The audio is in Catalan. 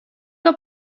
que